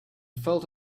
felt